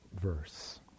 verse